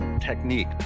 technique